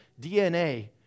DNA